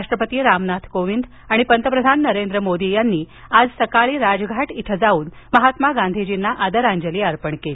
राष्ट्रपती रामनाथ कोविंद आणि पंतप्रधान नरेंद्र मोदी यांनी आज सकाळी राजघाटावर जाऊन महात्मा गांधीजींना आदरांजली अर्पण केली